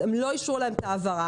הם לא אישרו להם את ההעברה,